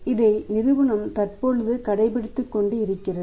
இதை நிறுவனம் தற்பொழுது கடைபிடித்துக்கொண்டு இருக்கிறது